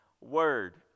word